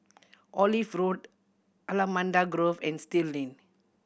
Olive Road Allamanda Grove and Still Lane